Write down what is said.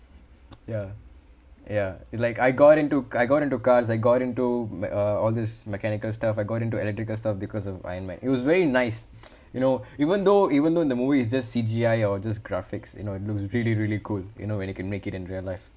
ya ya like I got into I got into cars I got into uh all this mechanical stuff I got into electrical stuff because of ironman it was very nice you know even though even though in the movie it's just C_G_I or just graphics you know it looks really really good you know when it can make it in real life